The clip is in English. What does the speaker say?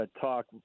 talk